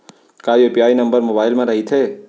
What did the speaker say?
का UPI number mobile म रहिथे?